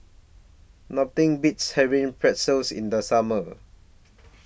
Nothing Beats having Pretzels in The Summer